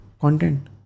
content